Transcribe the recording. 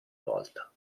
volta